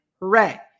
Hooray